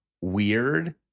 weird